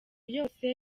yose